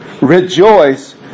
rejoice